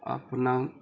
आपणाक